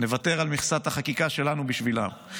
נוותר על מכסת החקיקה שלנו בשבילם.